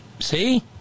see